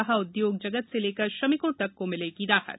कहा उदयोग जगत से लेकर श्रमिकों तक को मिलेगी राहत